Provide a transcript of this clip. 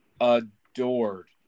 adored